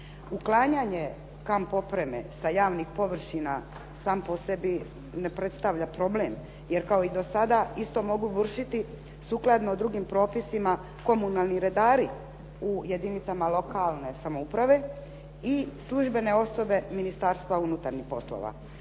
Uklanjanje kamp opreme sa javnih površina sam po sebi ne predstavlja problem, jer kao i do sada isto mogu vršiti. Sukladno drugim propisima komunalni redari u jedinicama lokalne samouprave i službene osobe Ministarstva unutarnjih poslova.